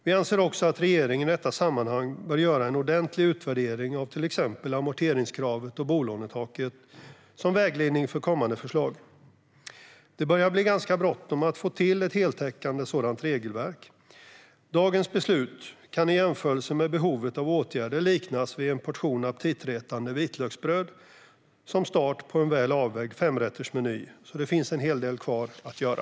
Vi anser också att regeringen i detta sammanhang bör göra en ordentlig utvärdering av till exempel amorteringskravet och bolånetaket, som vägledning för kommande förslag. Det börjar bli ganska bråttom att få till ett heltäckande sådant regelverk. Dagens beslut kan i jämförelse med behovet av åtgärder liknas vid en portion aptitretande vitlöksbröd som start på en väl avvägd femrättersmeny, så det finns en hel del kvar att göra.